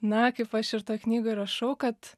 na kaip aš ir toj knygoj rašau kad